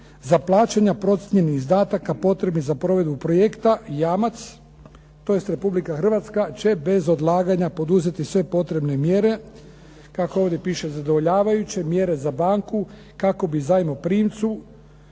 za plaćanja procijenjenih izdataka potrebnih za provedbu projekta jamac, tj. Republika Hrvatska, će bez odlaganja poduzeti sve potrebne mjere, kako ovdje piše zadovoljavajuće mjere za banku kako bi zajmoprimcu